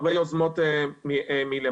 הרבה יוזמות מלמטה,